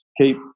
keep